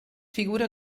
figura